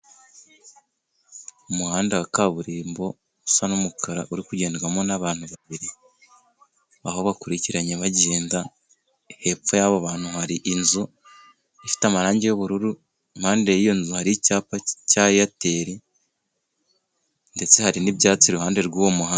Umuhanda wa kaburimbo usa n'umukara urikugendwamo n'abantu babiri aho bakurikiranye bagenda, hepfo y'abo bantu hari inzu ifite amarangi y'ubururu ,impande y'iyo nzu hari icyapa cya Eyateli ndetse hari n'ibyatsi iruhande rw'uwo muhanda.